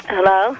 Hello